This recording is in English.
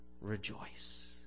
Rejoice